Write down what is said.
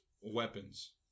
weapons